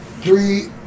three